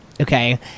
Okay